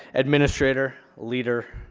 administrator, leader,